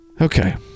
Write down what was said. Okay